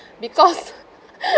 because